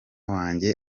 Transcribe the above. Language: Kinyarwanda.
wanjye